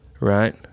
right